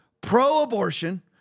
pro-abortion